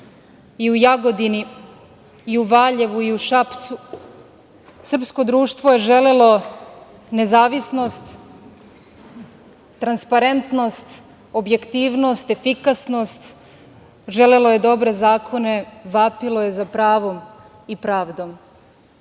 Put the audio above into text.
Jagodini, Valjevu, Šapcu, srpsko društvo je želelo nezavisnost, transparentnost, objektivnost, efikasnost. Želelo je dobre zakone, vapilo je za pravom i pravdom. Dva